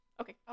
Okay